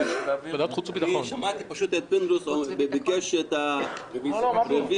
אני שמעתי פשוט שפינדרוס ביקש את הרוויזיה,